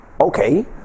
Okay